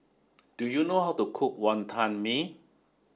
do you know how to cook Wonton Mee